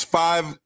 five